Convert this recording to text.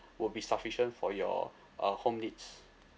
would be sufficient for your uh home needs